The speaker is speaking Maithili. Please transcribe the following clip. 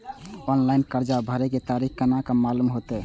ऑनलाइन कर्जा भरे के तारीख केना मालूम होते?